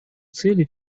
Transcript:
цели